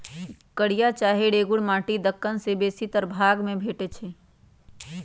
कारिया चाहे रेगुर माटि दक्कन के बेशीतर भाग में भेटै छै